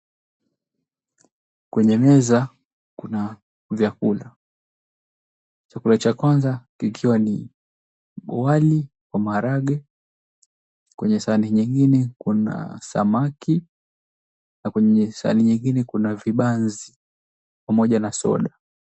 Kwenye meza, kuna vyakula. Chakula cha kwanza kikiwa ni wali wa maharagwe kwenye sahani nyingine kuna samaki na kwenye sahani nyingine kuna vibanzi pamoja na soda.